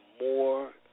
more